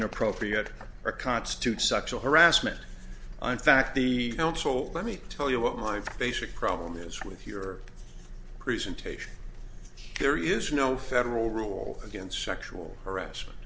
inappropriate or constitutes sexual harassment i'm fact the council let me tell you what my basic problem is with your presentation there is no federal rule against sexual harassment